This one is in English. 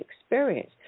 experience